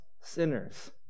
sinners